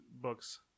books